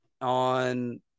on